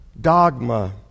Dogma